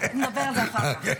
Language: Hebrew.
זיכרונה לברכה.